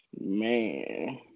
Man